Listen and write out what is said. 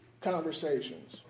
conversations